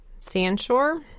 Sandshore